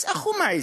אז איך הוא מעז?